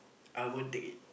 I won't take it